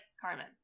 Carmen